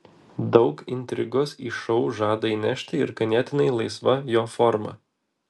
daug intrigos į šou žada įnešti ir ganėtinai laisva jo forma